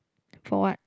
for what